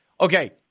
Okay